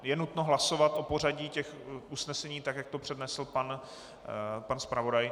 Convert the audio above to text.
Je nutno hlasovat o pořadí těch usnesení tak, jak to přednesl pan zpravodaj?